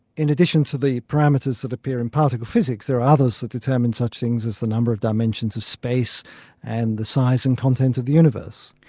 in addition to the parameters that appear in particle physics, there are others that determine such things as the number of dimensions of space and the size and content of the universe.